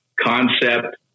concept